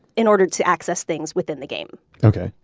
in order to access things within the game okay.